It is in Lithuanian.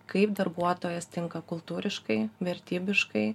kaip darbuotojas tinka kultūriškai vertybiškai